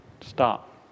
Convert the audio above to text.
stop